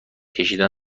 کشیدن